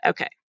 Okay